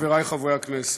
חברי חברי הכנסת,